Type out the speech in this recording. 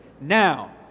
Now